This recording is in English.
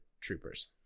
troopers